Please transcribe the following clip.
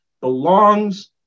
belongs